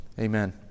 Amen